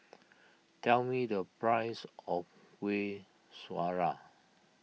tell me the price of Kueh Syara